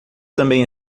também